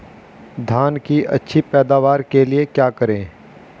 धान की अच्छी पैदावार के लिए क्या करें?